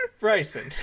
bryson